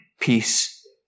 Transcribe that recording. peace